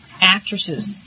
actresses